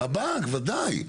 הבנק, ודאי.